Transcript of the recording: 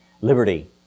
liberty